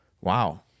Wow